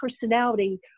personality